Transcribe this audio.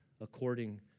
according